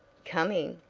coming!